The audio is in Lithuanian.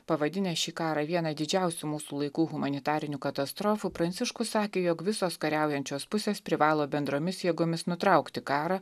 pavadinęs šį karą vieną didžiausių mūsų laikų humanitarinių katastrofų pranciškus sakė jog visos kariaujančios pusės privalo bendromis jėgomis nutraukti karą